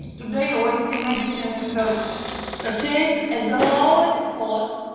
today ost and medicine is purchased purchased at the lowest cost,